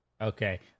Okay